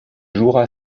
jouera